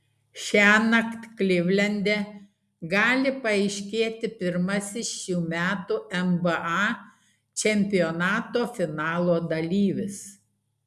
šiąnakt klivlende gali paaiškėti pirmasis šių metų nba čempionato finalo dalyvis